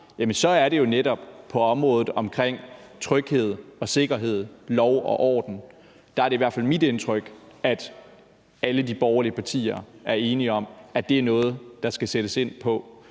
så er det jo netop på området vedrørende tryghed, sikkerhed, lov og orden. Der er det i hvert fald mit indtryk, at alle de borgerlige partier er enige om, at det er noget, der skal sættes ind